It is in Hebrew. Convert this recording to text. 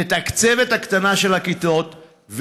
תתקצב הקטנת כיתות,